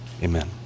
Amen